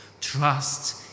trust